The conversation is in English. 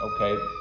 okay